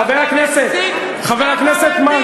חבר הכנסת.